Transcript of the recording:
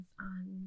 on